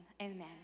amen